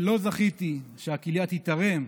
לא זכיתי שהכליה תיתרם,